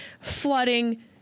flooding